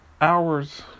hours